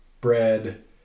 bread